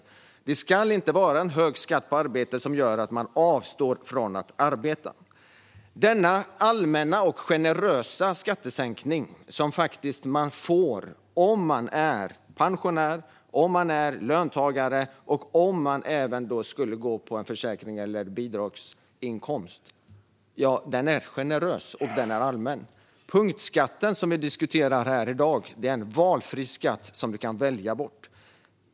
Det ska inte vara en hög skatt på arbete som gör att man avstår från att arbeta. Denna skattesänkning som man faktiskt får om man är pensionär eller löntagare eller har en försäkrings eller bidragsinkomst är generös och allmän. Punktskatten som vi diskuterar här i dag är en valfri skatt som man kan välja bort.